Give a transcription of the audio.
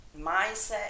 mindset